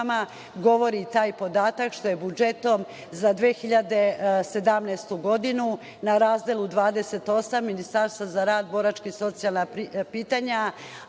govori i taj podatak što je budžetom za 2017. godinu na razdelu 28 Ministarstvo za rad, boračka i socijalna pitanja,